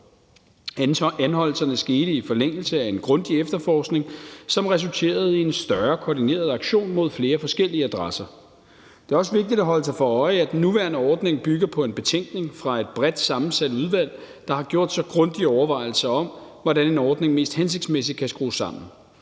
Anholdelserne skete i forlængelse af en grundig efterforskning, som resulterede i en større koordineret aktion mod flere forskellige adresser. Det er også vigtigt at holde sig for øje, at den nuværende ordning bygger på en betænkning fra et bredt sammensat udvalg, der har gjort sig grundige overvejelser om, hvordan ordningen mest hensigtsmæssigt kan skrues sammen.